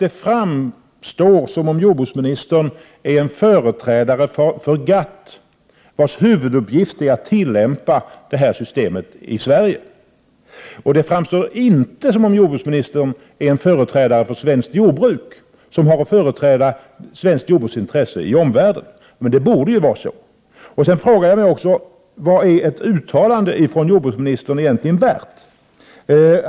Det framstår som om jordbruksministern är en företrädare för GATT, vars huvuduppgift är att tillämpa detta system i Sverige. Det framstår inte som om jordbruksministern är en företrädare för svenskt jordbruk, som har att företräda svenskt jordbruks intresse i omvärlden. Så borde det vara. Jag frågar mig också: Vad är ett uttalande från jordbruksministern egentligen värt?